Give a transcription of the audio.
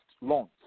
loans